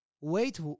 Wait